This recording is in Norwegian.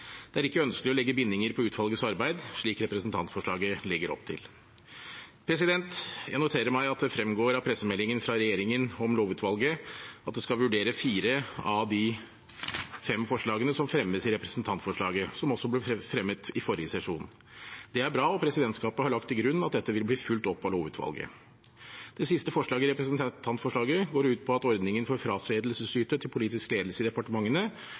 Det er ikke ønskelig å legge bindinger på utvalgets arbeid, slik representantforslaget legger opp til. Jeg noterer meg at det fremgår av pressemeldingen fra regjeringen om lovutvalget at det skal vurdere fire av de fem forslagene som fremmes i representantforslaget, og som også ble fremmet i forrige sesjon. Det er bra, og presidentskapet har lagt til grunn at dette vil bli fulgt opp av lovutvalget. Det siste forslaget i representantforslaget går ut på at ordningen for fratredelsesytelse til politisk ledelse i departementene